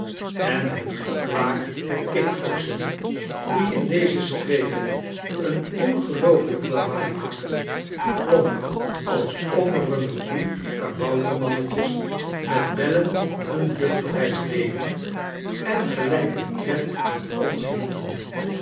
en het gekwaak der kikvorschen die in deze streken een ongeloofelijk lawaai maken klonk alsof er een millioen kaboutermannetjes met bellen een luchtreis deden en gelijken tred met ons hielden